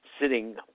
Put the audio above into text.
sitting